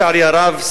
לצערי הרב,